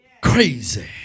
crazy